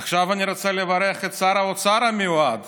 עכשיו אני רוצה לברך את שר האוצר המיועד